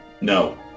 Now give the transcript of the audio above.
no